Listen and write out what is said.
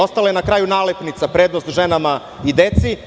Ostala je na kraju nalepnica „prednost ženama i deci“